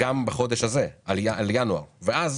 גם על החודש הזה, על ינואר, ואז